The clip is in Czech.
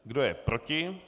Kdo je proti?